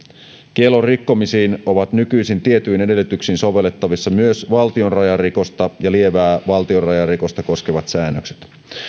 kiellon rikkomisiin ovat nykyisin tietyin edellytyksin sovellettavissa myös valtionrajarikosta ja lievää valtionrajarikosta koskevat säännökset